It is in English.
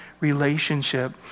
relationship